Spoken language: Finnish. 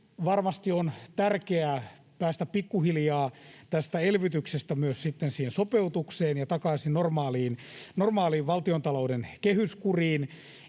varmasti on tärkeää päästä pikkuhiljaa tästä elvytyksestä myös sitten siihen sopeutukseen ja takaisin normaaliin valtiontalouden kehyskuriin.